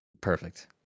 Perfect